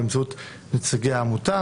באמצעות נציגי העמותה